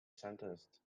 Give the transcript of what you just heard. sentenced